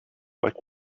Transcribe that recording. like